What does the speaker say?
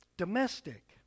Domestic